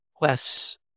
less